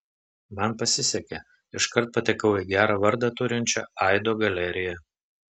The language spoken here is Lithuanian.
man pasisekė iškart patekau į gerą vardą turinčią aido galeriją